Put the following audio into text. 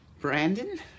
Brandon